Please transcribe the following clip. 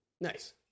Nice